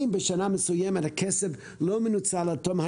אם בשנה מסוימת הכסף לא מנוצל עד תום,